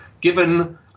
given